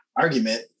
Argument